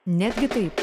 netgi taip